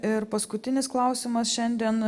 ir paskutinis klausimas šiandien